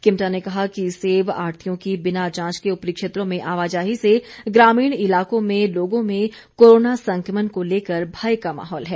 किमटा ने कहा कि सेब आढ़तीयों की बिना जांच के उपरी क्षेत्रों में आवाजाही से ग्रामीण इलाकों में लोगों में कोरोना संक्रमण को लेकर भय का माहौल है